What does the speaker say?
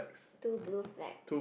two blue flag